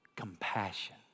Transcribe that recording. compassion